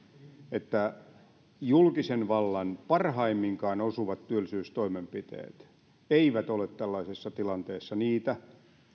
että julkisen vallan parhaimminkaan osuvat työllisyystoimenpiteet eivät ole tällaisessa tilanteessa niitä